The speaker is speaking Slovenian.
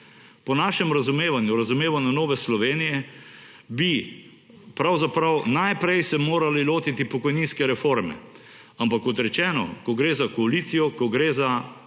Po našem razumevanju, razumevanju Nove Slovenije, bi se morali pravzaprav najprej lotiti pokojninske reforme. Ampak kot rečeno, ko gre za koalicijo, ko gre za